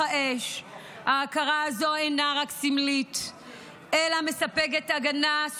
היו"ר מאיר כהן: עליזה,